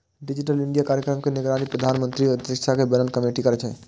digital India कार्यक्रम के निगरानी प्रधानमंत्रीक अध्यक्षता मे बनल कमेटी करै छै